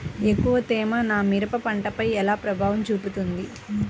ఎక్కువ తేమ నా మిరప పంటపై ఎలా ప్రభావం చూపుతుంది?